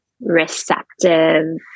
receptive